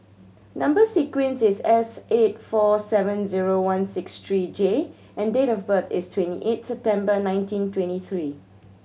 number sequence is S eight four seven zero one six three J and date of birth is twenty eight September nineteen twenty three